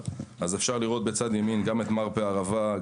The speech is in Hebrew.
אפשר לראות בצד ימין את מרפא ערבה,